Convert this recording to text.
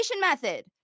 method